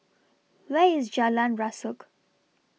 Where IS Jalan Rasok